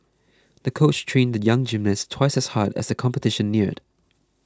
the coach trained the young gymnast twice as hard as the competition neared